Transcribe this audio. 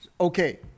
Okay